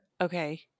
Okay